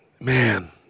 Man